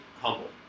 humble